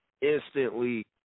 instantly